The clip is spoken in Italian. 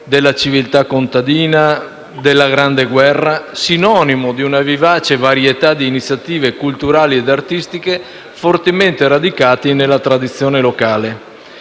della civiltà contadina e della Grande Guerra) sinonimo di una vivace varietà di iniziative culturali ed artistiche fortemente radicate nella tradizione locale.